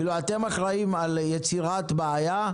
אתם אחראים על יצירת הבעיה,